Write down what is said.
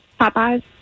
Popeyes